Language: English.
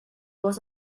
was